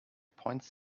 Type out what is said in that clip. points